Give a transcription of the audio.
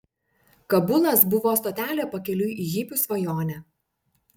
kabulas buvo stotelė pakeliui į hipių svajonę